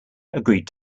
agreed